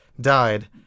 died